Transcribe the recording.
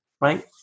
Right